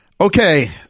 Okay